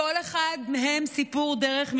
לכל אחד מהם סיפור דרך משלו.